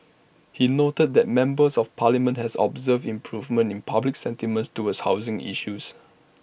he noted that members of parliament have observed improvements in public sentiments towards housing issues